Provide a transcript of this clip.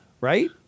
right